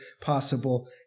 possible